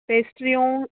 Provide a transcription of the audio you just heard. पेस्ट्रियूं